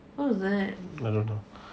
oh but I don't know I don't know